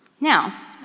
Now